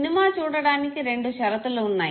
cinema చూడడానికి రెండు షరతులు ఉన్నాయి